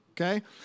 Okay